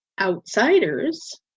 outsiders